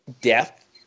Death